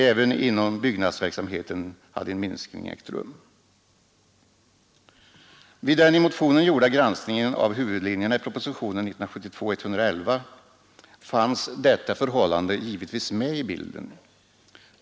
Även inom byggnadsverksamheten hade en minskning ägt rum. Vid den i motionen gjorda granskningen av huvudlinjerna i propositionen 111 år 1972 fanns detta förhållande givetvis med i bilden.